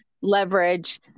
leverage